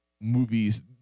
movies